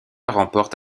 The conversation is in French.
remporte